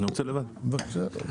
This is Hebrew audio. בבקשה.